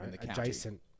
adjacent